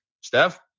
Steph